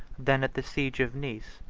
than at the siege of nice,